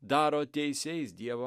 daro teisiais dievo